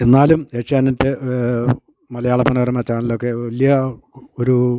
എന്നാലും ഏഷ്യാനെറ്റ് മലയാള മനോരമ ചാനലൊക്കെ വലിയ ഒരു